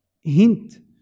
hint